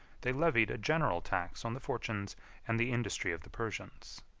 they levied a general tax on the fortunes and the industry of the persians.